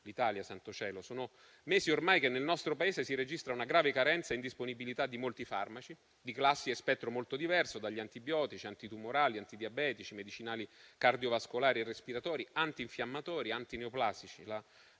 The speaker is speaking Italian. l'Italia, santo cielo! Da mesi ormai nel nostro Paese si registra una grave carenza di disponibilità di molti farmaci di classi e spettro molto diversi: antibiotici, antitumorali, antidiabetici, medicinali cardiovascolari e respiratori, antinfiammatori o antineoplastici.